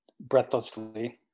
breathlessly